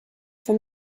for